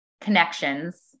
connections